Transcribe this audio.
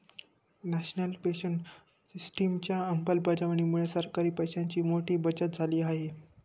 national pension सिस्टिमच्या अंमलबजावणीमुळे सरकारी पैशांची मोठी बचत झाली आहे